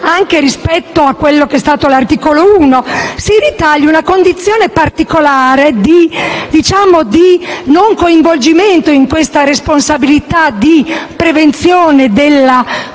anche rispetto all'articolo 1, si ritaglia una condizione particolare di non coinvolgimento in questa responsabilità di prevenzione della